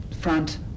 front